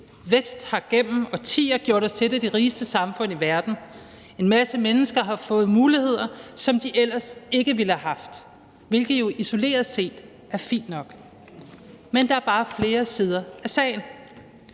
Vækst har gennem årtier gjort os til et af de rigeste samfund i verden. En masse mennesker har fået muligheder, som de ellers ikke ville have haft, hvilket jo isoleret set er fint nok, men der er bare flere sider af sagen.